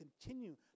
continue